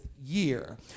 Year